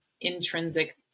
intrinsic